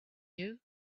you